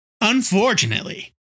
Unfortunately